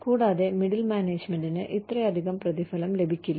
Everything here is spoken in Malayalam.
കൂടാതെ മിഡിൽ മാനേജ്മെന്റിന് ഇത്രയധികം പ്രതിഫലം ലഭിക്കില്ല